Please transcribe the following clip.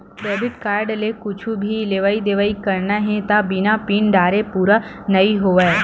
debit card ले कुछु भी लेवइ देवइ करना हे त बिना पिन डारे पूरा नइ होवय